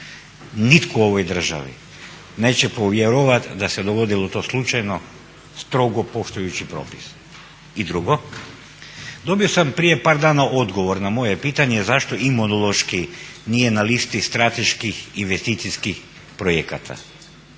Nitko u ovoj državi neće povjerovat da se dogodilo to slučajno, strogo poštujući propise. I drugo, dobio sam prije par dana odgovor na moje pitanje zašto Imunološki nije na listi strateških investicijskih projekata,